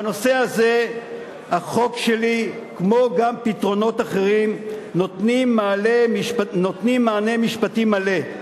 בנושא הזה החוק שלי כמו גם פתרונות אחרים נותנים מענה משפטי מלא.